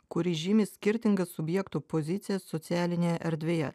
kuri žymi skirtingas subjektų pozicijas socialinėje erdvėje